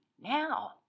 now